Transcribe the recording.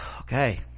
okay